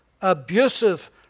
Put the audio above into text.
abusive